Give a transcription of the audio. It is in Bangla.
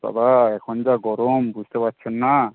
বাবা এখন যা গরম বুঝতে পারছেন না